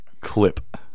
Clip